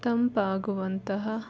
ತಂಪಾಗುವಂತಹ